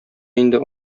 инде